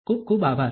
ખુબ ખુબ આભાર